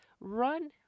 run